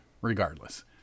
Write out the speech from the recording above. regardless